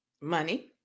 Money